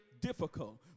difficult